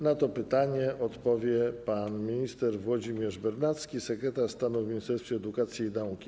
Na to pytanie odpowie pan minister Włodzimierz Bernacki, sekretarz stanu w Ministerstwie Edukacji i Nauki.